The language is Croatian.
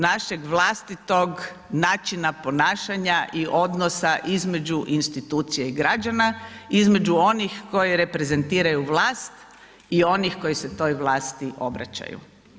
Našeg vlastitog načina ponašanja i odnosa između institucija i građana, između onih koji reprezentiraju vlast i onih koji se toj vlasti obraćaju.